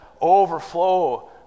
overflow